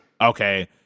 Okay